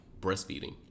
breastfeeding